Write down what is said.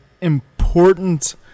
important